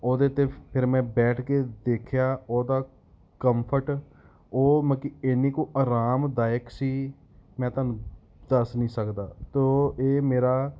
ਉਹਦੇ 'ਤੇ ਫਿਰ ਮੈਂ ਬੈਠ ਕੇ ਦੇਖਿਆ ਉਹਦਾ ਕਮਫਰਟ ਉਹ ਮਤ ਕਿ ਐਨੀ ਕੁ ਆਰਾਮਦਾਇਕ ਸੀ ਮੈਂ ਤੁਹਾਨੂੰ ਦੱਸ ਨਹੀਂ ਸਕਦਾ ਤਾਂ ਇਹ ਮੇਰਾ